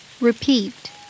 Repeat